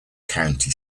county